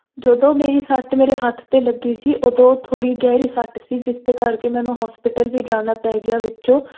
ਜਦੋਂ ਮੇਰੀ ਸੱਟ ਮੇਰੇ ਹੱਥ 'ਤੇ ਲੱਗੀ ਸੀ ਉਦੋਂ ਥੋੜ੍ਹੀ ਗਹਿਰੀ ਸੱਟ ਸੀ ਜਿਸਦੇ ਕਰਕੇ ਮੈਨੂੰ ਹੋਸਪਿਟਲ ਵੀ ਜਾਣਾ ਪੈ ਗਿਆ ਵਿੱਚੋਂ